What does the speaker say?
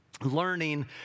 learning